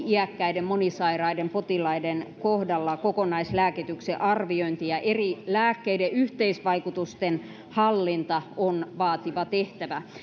iäkkäiden monisairaiden potilaiden kohdalla kokonaislääkityksen arviointi ja eri lääkkeiden yhteisvaikutusten hallinta on monesti vaativa tehtävä